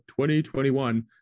2021